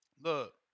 Look